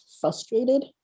frustrated